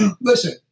Listen